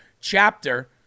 chapter